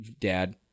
dad